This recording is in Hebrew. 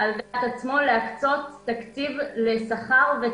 בעצמו להקצות תקציב לשכר ותקנים.